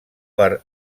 per